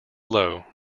low